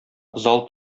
зал